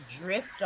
drift